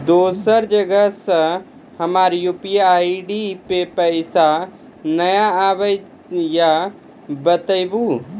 दोसर जगह से हमर यु.पी.आई पे पैसा नैय आबे या बताबू?